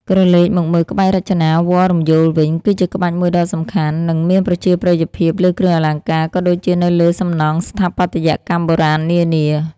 ក្រឡេកមកមើលក្បាច់រចនាវល្លិ៍រំយោលវិញ គឺជាក្បាច់មួយដ៏សំខាន់ និងមានប្រជាប្រិយភាពលើគ្រឿងអលង្ការ ក៏ដូចជានៅលើសំណង់ស្ថាបត្យកម្មបុរាណនានា។